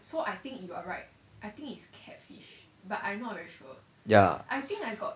yeah